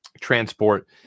transport